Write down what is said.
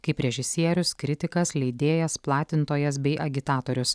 kaip režisierius kritikas leidėjas platintojas bei agitatorius